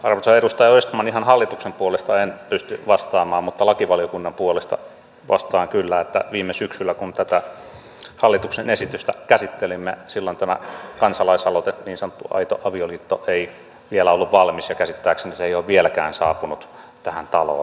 arvoisa edustaja östman ihan hallituksen puolesta en pysty vastaamaan mutta lakivaliokunnan puolesta vastaan kyllä että viime syksynä kun tätä hallituksen esitystä käsittelimme tämä kansalaisaloite niin sanottu aito avioliitto ei vielä ollut valmis ja käsittääkseni se ei ole vieläkään saapunut tähän taloon